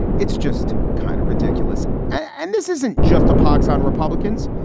it's just kind of ridiculous. and this isn't just a pox on republicans.